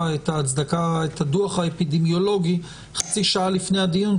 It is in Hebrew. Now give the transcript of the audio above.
את הדוח האפידמיולוגי חצי שעה לפני הדיון,